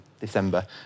December